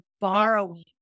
borrowing